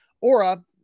Aura